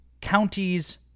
counties